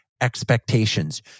expectations